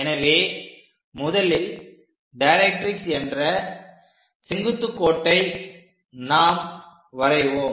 எனவே முதலில் டைரக்ட்ரிக்ஸ் என்ற செங்குத்து கோட்டை நாம் வரைவோம்